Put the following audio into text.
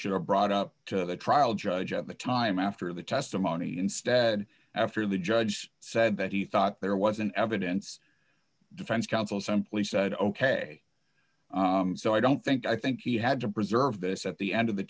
should have brought up the trial judge of the time after the testimony instead after the judge said that he thought there wasn't evidence defense counsel simply said ok so i don't think i think he had to preserve this at the end of the